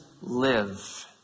live